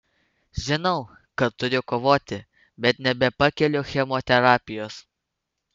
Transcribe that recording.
žinau kad turiu kovoti bet nebepakeliu chemoterapijos